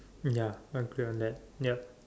ya agree on that ya